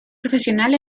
profesional